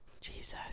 jesus